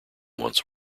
once